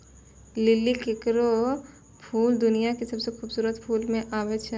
लिली केरो फूल दुनिया क सबसें खूबसूरत फूल म आबै छै